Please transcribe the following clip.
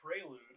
Prelude